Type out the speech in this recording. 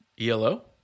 ELO